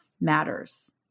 matters